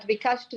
את ביקשת,